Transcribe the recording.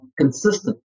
consistent